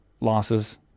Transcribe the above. losses